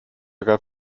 gab